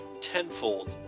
tenfold